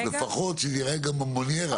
לפחות שזה יראה בונבוניירה.